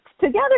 together